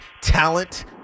talent